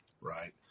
right